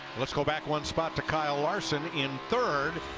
let's go back one stop to kyle larson in third.